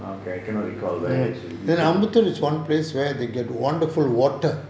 okay I cannot recall where